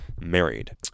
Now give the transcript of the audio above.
married